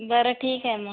बरं ठीक आहे मग